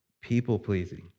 people-pleasing